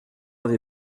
avez